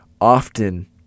often